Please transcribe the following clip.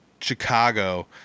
Chicago